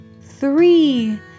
three